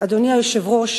אדוני היושב-ראש,